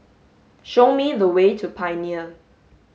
show me the way to Pioneer